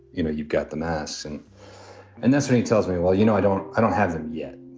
you know you've got the mass. and and that's when he tells me, well, you know, i don't i don't have them yet.